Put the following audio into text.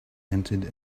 entered